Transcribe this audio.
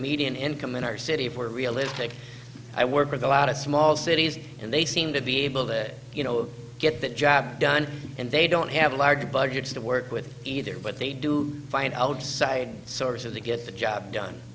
median income in our city for realistic i work with a lot of small cities and they seem to be able that you know get that job done and they don't have a large budget to work with either but they do find outside sources they get the job done